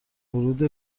ورود